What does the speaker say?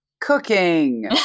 Cooking